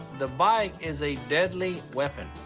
the bike is a deadly weapon.